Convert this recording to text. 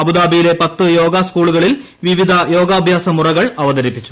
അബുദാബിയില്ലെ പത്ത് യോഗാസ്കൂളുകൾ വിവിധ യോഗാഭ്യാസ മുറകൾ അവത്തിപ്പിച്ചു